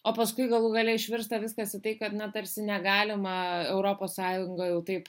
o paskui galų gale išvirsta viskas į tai kad na tarsi negalima europos sąjungoj taip